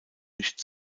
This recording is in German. nicht